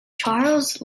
charles